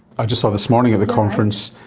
i just saw this morning at the conference,